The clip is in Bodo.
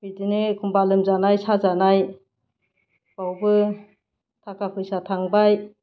बिदिनो एखम्बा लोमजानाय साजानायफोरावबो थाखा फैसा थांबाय